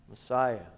Messiah